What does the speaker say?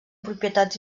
propietats